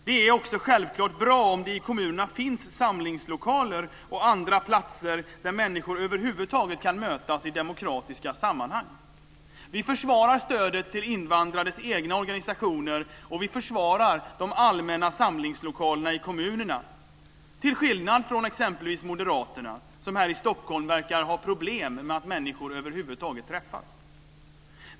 Det är också självklart bra om det i kommunerna finns samlingslokaler och andra platser där människor över huvud taget kan mötas i demokratiska sammanhang. Vi försvarar stödet till invandrades egna organisationer, och vi försvarar de allmänna samlingslokalerna i kommunerna - till skillnad från exempelvis Moderaterna, som här i Stockholm verkar ha problem med att människor över huvud taget träffas.